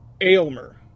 Aylmer